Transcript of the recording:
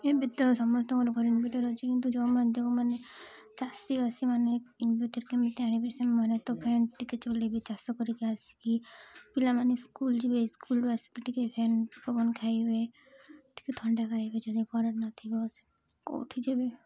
ଏବେ ତ ସମସ୍ତଙ୍କର ଘରେ ଇନଭର୍ଟର୍ ଅଛି କିନ୍ତୁ ଯେଉଁମାନେ ଚାଷୀବାସୀମାନେେ ଇନଭର୍ଟର୍ କେମିତି ଆଣିବେ ସେମାନେ ତ ଫ୍ୟାନ୍ ଟିକେ ଚଲେଇବେ ଚାଷ କରିକି ଆସିକି ପିଲାମାନେ ସ୍କୁଲ୍ ଯିବେ ସ୍କୁଲ୍ରୁ ଆସିକି ଟିକେ ଫ୍ୟାନ୍ ପବନ ଖାଇବେ ଟିକେ ଥଣ୍ଡା ଖାଇବେ ଯଦି କରେଣ୍ଟ୍ ନ ଥିବ କେଉଁଠି ଯିବେ